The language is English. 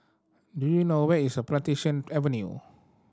do you know where is Plantation Avenue